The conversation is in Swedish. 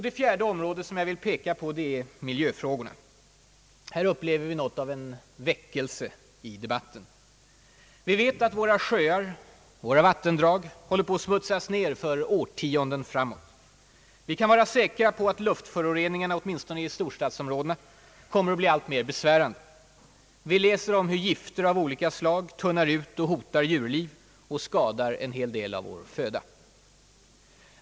Det fjärde område som jag vill peka på är miljöfrågorna. Här upplever vi något av en väckelse i debatten. Vi vet att våra sjöar och vattendrag håller på att smutsas ned för årtionden framåt. Vi kan vara säkra på att luftföroreningarna åtminstone i storstadsområdena kommer att bli alltmer besvärande. Vi läser om hur gifter av olika slag tunnar ut och hotar djurlivet och skadar en del av vår föda.